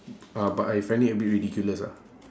ah but I find it a bit ridiculous ah